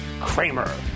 Kramer